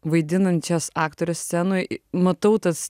vaidinančias aktores scenoj matau tas